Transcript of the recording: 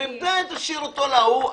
"תשאיר להוא",